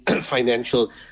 financial